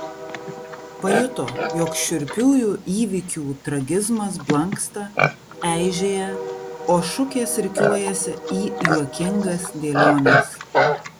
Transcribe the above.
pajuto jog šiurpiųjų įvykių tragizmas blanksta eižėja o šukės rikiuojasi į juokingas dėliones